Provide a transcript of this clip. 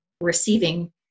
receiving